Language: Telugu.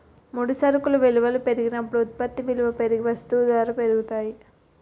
ముడి సరుకు విలువల పెరిగినప్పుడు ఉత్పత్తి విలువ పెరిగి వస్తూ ధరలు పెరుగుతాయి